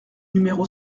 numéro